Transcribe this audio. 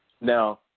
Now